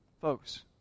Folks